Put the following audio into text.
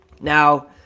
Now